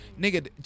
Nigga